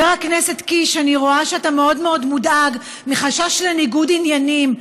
אתה רשאי לסגור את הישיבה.